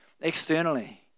externally